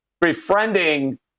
befriending